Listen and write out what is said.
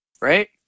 right